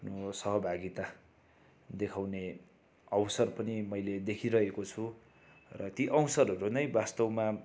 आफ्नो सहभागिता देखाउने अवसर पनि मैले देखिरहेको छु र ती अवसरहरू नै वास्तवमा